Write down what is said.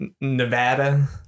Nevada